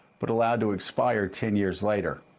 but allowed to expire ten years later.